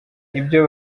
ibyo